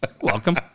Welcome